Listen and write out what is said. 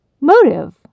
motive